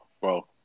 Bro